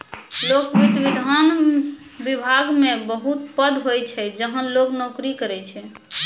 लोक वित्त विभाग मे बहुत पद होय छै जहां लोग नोकरी करै छै